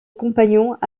compagnons